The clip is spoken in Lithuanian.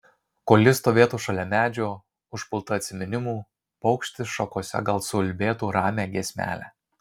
kol ji stovėtų šalia medžio užpulta atsiminimų paukštis šakose gal suulbėtų ramią giesmelę